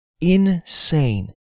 insane